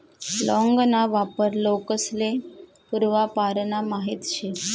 लौंग ना वापर लोकेस्ले पूर्वापारना माहित शे